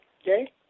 Okay